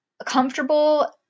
comfortable